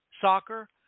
soccer